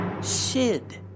Sid